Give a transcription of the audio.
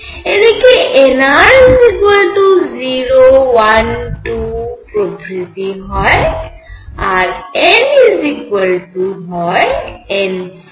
এদিকে nr 0 1 2 প্রভৃতি হয় আর n nnr